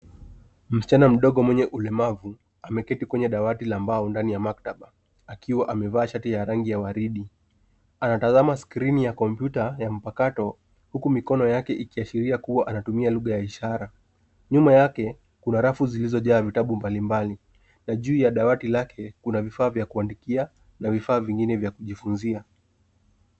Msichana mdogo mwenye ulemavu ameketi kwenye dawati la mbao ndani ya maktaba akiwa amevaa shati ya rangi ya waridi. Anatazama skrini ya kompyuta ya mpakato huku mikono yake ikiashiria kuwa anatumia lugha ya ishara. Nyuma yake kuna rafu zilizojaa vitabu mbalimbali na juu ya dawati lake kuna vifaa vya kuandikia na vifaa vingine vya kujifunzia.